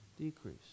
decrease